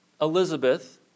Elizabeth